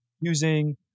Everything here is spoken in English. using